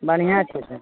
बढ़िआँ छै सब